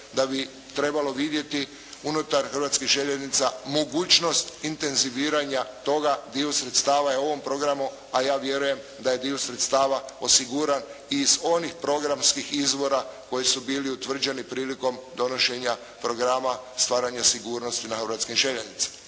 da bi trebalo vidjeti unutar hrvatskih željeznica mogućnost intenziviranja toga. Dio sredstava je u ovom programu, a ja vjerujem da je dio sredstava osiguran i iz onih programskih izvora koji su bili utvrđeni prilikom donošenja Programa stvaranja sigurnosti na hrvatskim željeznicama.